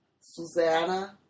Susanna